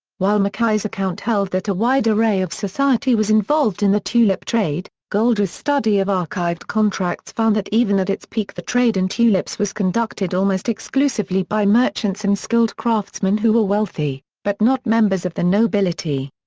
while mackay's account held that a wide array of society was involved in the tulip trade, goldgar's study of archived contracts found that even at its peak the trade in tulips was conducted almost exclusively by merchants and skilled craftsmen who were wealthy, but not members of the nobility.